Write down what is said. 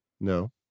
No